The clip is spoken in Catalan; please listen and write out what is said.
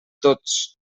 tots